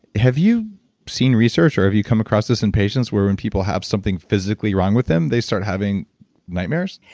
have you seen research or have you come across this in patients wherein people have something physically wrong with them they start having nightmares?